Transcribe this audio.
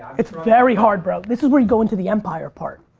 it's very hard bro, this is where you go into the empire part.